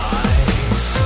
eyes